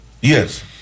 Yes